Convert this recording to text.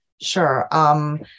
Sure